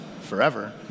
forever